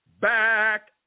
Back